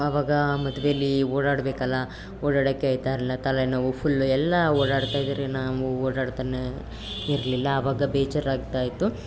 ಆವಾಗ ಮದುವೇಲಿ ಓಡಾಡಬೇಕಲ್ಲ ಓಡಾಡೋಕ್ಕೆ ಆಗ್ತಾ ಇರಲಿಲ್ಲ ತಲೆನೋವು ಫುಲ್ಲು ಎಲ್ಲ ಓಡಾಡ್ತಾ ಇದ್ದಾರೆ ನಾವು ಓಡಾಡ್ತಲೇ ಇರಲಿಲ್ಲ ಆವಾಗ ಬೇಜಾರಾಗ್ತಾ ಇತ್ತು